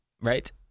right